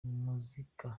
muzika